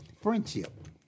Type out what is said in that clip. friendship